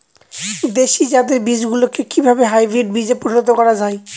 দেশি জাতের বীজগুলিকে কিভাবে হাইব্রিড বীজে পরিণত করা হয়?